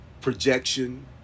projection